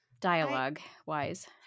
dialogue-wise